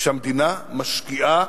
שהמדינה משקיעה